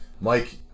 Mike